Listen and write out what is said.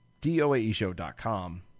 doaeshow.com